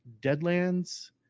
Deadlands